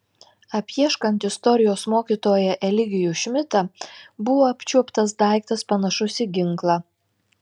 apieškant istorijos mokytoją eligijų šmidtą buvo apčiuoptas daiktas panašus į ginklą